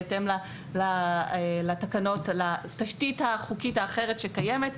בהתאם לתשתית החוקית האחרת שקיימת,